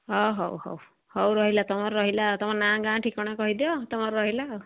ହଁ ହଉ ହଉ ହଉ ରହିଲା ତମର ରହିଲା ତମ ନାଁ ଗାଁ ଠିକଣା କହିଦିଅ ତମର ରହିଲା ଆଉ